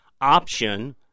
option